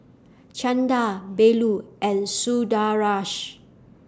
Chanda Bellur and Sundaresh